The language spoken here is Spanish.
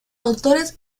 autores